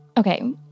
Okay